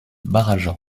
barraja